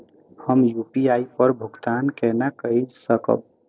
हम यू.पी.आई पर भुगतान केना कई सकब?